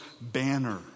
banner